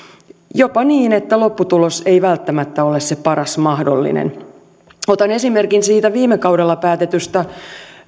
jopa niin että lopputulos ei välttämättä ole se paras mahdollinen otan esimerkin siitä viime kaudella päätetystä